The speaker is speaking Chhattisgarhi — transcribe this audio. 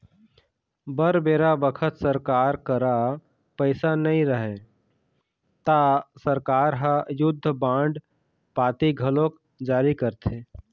बर बेरा बखत सरकार करा पइसा नई रहय ता सरकार ह युद्ध बांड पाती घलोक जारी करथे